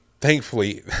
Thankfully